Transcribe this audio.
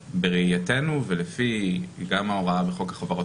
בראייתנו וגם לפי ההוראה בחוק החברות